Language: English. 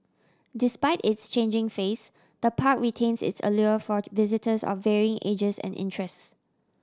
despite its changing face the park retains its allure for visitors of varying ages and interests